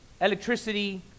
electricity